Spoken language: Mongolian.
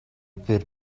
бээр